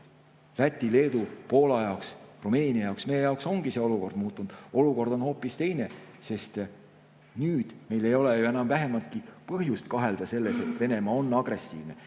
Läti, Leedu, Poola, Rumeenia jaoks – meie jaoks ongi see olukord muutunud. Olukord on hoopis teine, sest nüüd ei ole meil ju enam vähimatki põhjust kahelda selles, et Venemaa on agressiivne,